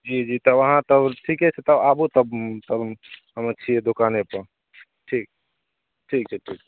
जी जी तब अहाँ तब ठीके छै तब आबू तब तब हम छियै दोकाने पऽ ठीक ठीक छै ठीक